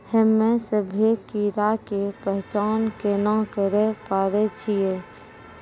हम्मे सभ्भे कीड़ा के पहचान केना करे पाड़ै छियै?